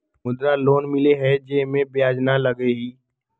मुद्रा लोन मिलहई जे में ब्याज न लगहई?